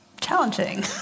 challenging